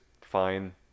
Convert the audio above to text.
fine